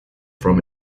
from